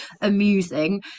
amusing